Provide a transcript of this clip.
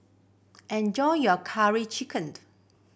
enjoy your curry chickened